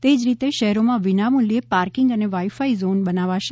એજ રીતે શહેરોમાં વિનામૂલ્યે પાર્કિંગ અને વાઇફાઈ ઝોન બનાવવામાં આવશે